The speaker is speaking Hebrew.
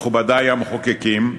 מכובדי המחוקקים,